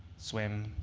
swim,